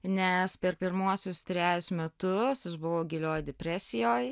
nes per pirmuosius trejus metus buvau gilioj depresijoj